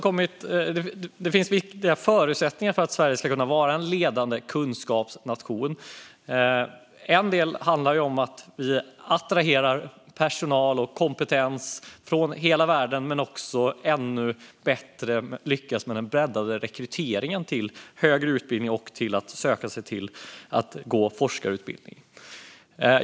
Det finns viktiga förutsättningar för att Sverige ska kunna vara en ledande kunskapsnation. En del handlar om att vi attraherar personal och kompetens från hela världen och att vi ännu bättre lyckas med den breddade rekryteringen till högre utbildning och forskarutbildning.